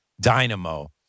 dynamo